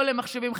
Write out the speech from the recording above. לא למחשבים,